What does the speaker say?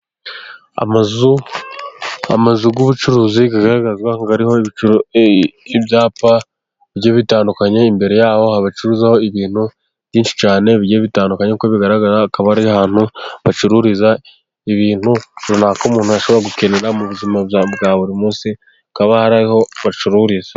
Amazu y'ubucuruzi agaragaza ariho ibyapa bigiye bitandukanye, imbere yaho bacuruzaho ibintu byinshi cyane bigiye bitandukanye , uko bigaragara akaba ari ahantu bacururiza ibintu runaka, umuntu ashobora gukenera mu buzima bwa bwa buri munsi, hakaba hari aho bacururiza.